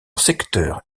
secteurs